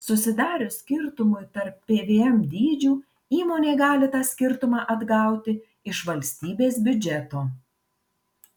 susidarius skirtumui tarp pvm dydžių įmonė gali tą skirtumą atgauti iš valstybės biudžeto